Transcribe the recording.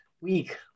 week